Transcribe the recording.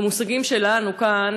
במושגים שלנו כאן,